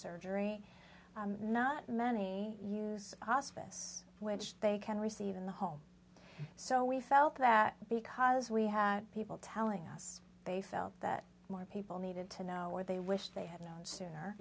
surgery not many use hospice which they can receive in the home so we felt that because we had people telling us they felt that more people needed to know what they wish they had no sooner